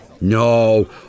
No